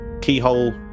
keyhole